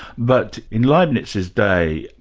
but in leibnitz's day,